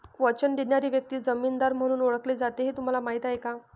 वचन देणारी व्यक्ती जामीनदार म्हणून ओळखली जाते हे तुम्हाला माहीत आहे का?